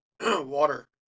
Water